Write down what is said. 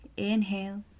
Inhale